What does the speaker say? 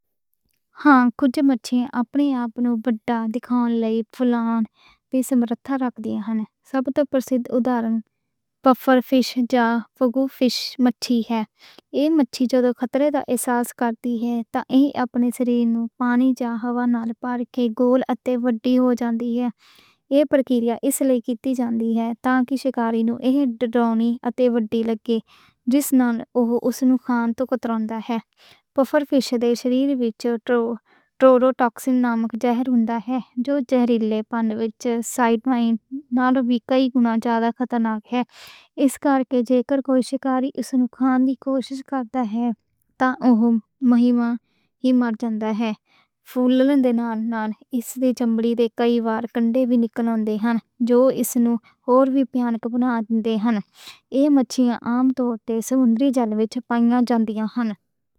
ہاں کچھ مچھیاں اپنے آپ نوں وڈا دکھاؤن لئی پھُلّن دی صلاحیت رکھدیاں ہن۔ سب توں پرسِدھ ادھارن پفر فِش جاں فوگو فِش مچھلی ہے۔ ایہہ مچھلی جدوں خطرے دا احساس کردی ہے۔ ایہہ اپنے سَرے نوں پانی جاں ہوا نال بھر کے گول اتے وڈی ہو جاندی ہے۔ ایہی پرکریا اس لئی کیتی جاندی ہے تاں جو شکاری نوں ایہہ ڈراؤنی اتے وڈی لگے، جس نال اوہ اس نوں کھان توں کتراؤندا ہے۔ پفر فِش دے شریر وچوں ٹیٹروڈوٹاکسن نامی زہر لبھدا ہے۔ جو زہریلے پانیّاں وچوں سائینائڈ نالوں وی کئی واری زیادہ خطرناک ہے۔ اس کار کے جے کر کوئی شکاری اس نوں کھان دی کوشش کردا ہے۔ تاں اوہنوں مہلک نقصان ہو جاندا ہے، پھُلّن دے نال نال اس دیاں کانٹیاں وی کئی وار باہر نِکل آ جاندیاں ہن۔ جو اس نوں ہور وی بھیانک بنا دیندیاں ہن۔ ایہہ مچھلی عام طور تے سمندری پانیّاں وچ لبھدی ہے۔